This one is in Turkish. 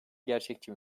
gerçekçi